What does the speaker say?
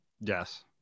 Yes